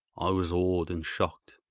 i was awed and shocked,